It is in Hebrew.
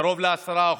קרוב ל-10%,